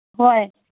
ꯍꯣꯏ